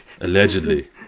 Allegedly